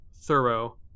thorough